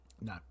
No